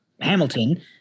hamilton